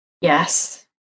yes